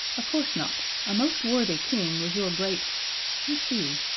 of course not a most worthy king was your great i see.